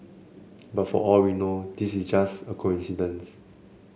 but for all we know this is just a coincidence